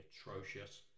atrocious